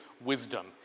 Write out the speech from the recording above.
wisdom